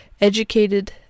educated